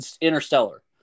Interstellar